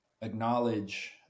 acknowledge